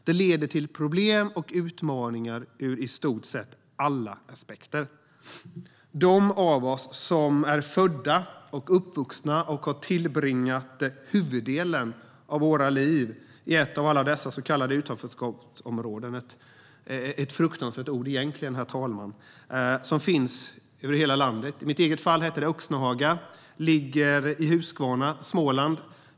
Det leder till problem och utmaningar ur i stort sett alla aspekter. De av oss som är födda och uppvuxna och har tillbringat huvuddelen av våra liv i ett av alla dessa så kallade utanförskapsområden - ett fruktansvärt ord egentligen - som finns över hela landet vet allt detta. I mitt eget fall heter området Öxnehaga och ligger i Huskvarna, Småland.